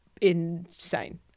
insane